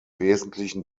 wesentlichen